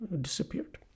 disappeared